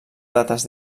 dates